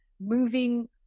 moving